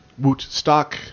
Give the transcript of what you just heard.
Wootstock